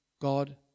God